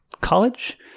college